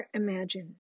imagine